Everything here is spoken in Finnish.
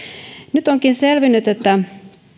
nyt onkin selvinnyt että